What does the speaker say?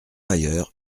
ailleurs